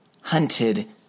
hunted